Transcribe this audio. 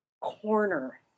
corner